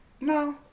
No